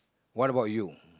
what about you